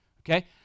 Okay